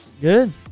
Good